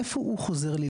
איפה הוא חוזר ללמוד?